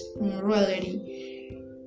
morality